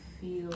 feel